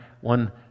one